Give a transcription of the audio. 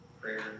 prayer